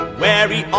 wary